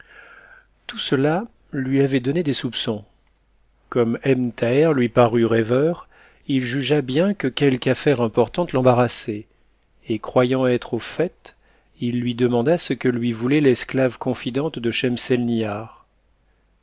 tout cela lui avait donné des soupçons comme ebn thaher lui parut rêveur il jugea bien que quelque affaire importante l'embarrassait et croyant être au fait il lui demanda ce que lui voulait l'esclave confidente de